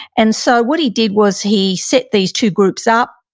and so what he did was he set these two groups up.